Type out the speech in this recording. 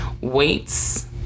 weights